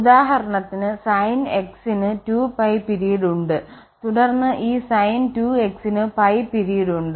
ഉദാഹരണത്തിന് sin x ന് 2π period ഉണ്ട് തുടർന്ന് ഈ sin 2x ന് π പിരീഡ് ഉണ്ട്